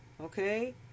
Okay